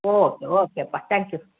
okay okay ಅಪ್ಪ thank you